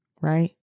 right